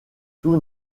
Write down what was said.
tout